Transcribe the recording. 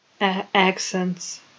accents